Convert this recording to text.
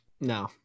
no